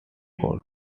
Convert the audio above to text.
court